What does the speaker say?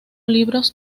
libros